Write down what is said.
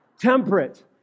Temperate